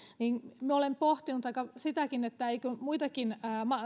niin olen pohtinut sitäkin että eikö muitakin